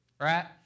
right